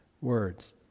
words